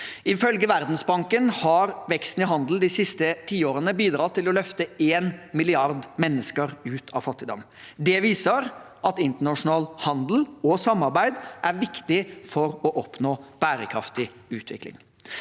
Ifølge Verdensbanken har veksten i handel de siste tiårene bidratt til å løfte en milliard mennesker ut av fattigdom. Det viser at internasjonal handel og samarbeid er viktig for å oppnå en bærekraftig utvikling.